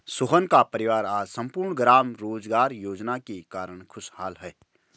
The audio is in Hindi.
सोहन का परिवार आज सम्पूर्ण ग्राम रोजगार योजना के कारण खुशहाल है